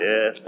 Yes